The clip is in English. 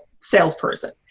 salesperson